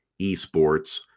esports